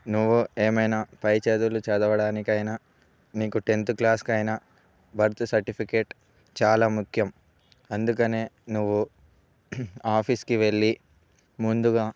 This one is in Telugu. నువ్వు ఏమైనా పైచదువులు చదవడానికైనా నీకు టెన్త్ క్లాస్కి అయినా బర్త్ సర్టిఫికేట్ చాలా ముఖ్యం అందుకనే నువ్వు ఆఫీస్కి వెళ్ళి ముందుగా